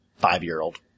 five-year-old